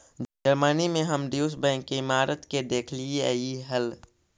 Germany में हम Deutsche Bank के इमारत के देखलीअई हल